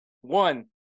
One